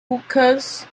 hookahs